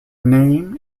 name